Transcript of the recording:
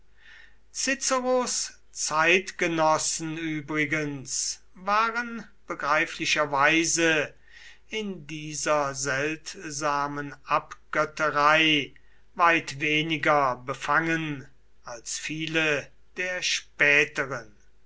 ciceros zeitgenossen übrigens waren begreiflicherweise in dieser seltsamen abgötterei weit weniger befangen als viele der späteren